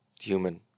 human